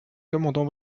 commandant